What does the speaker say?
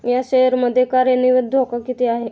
या शेअर मध्ये कार्यान्वित धोका किती आहे?